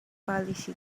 policy